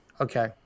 okay